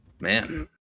man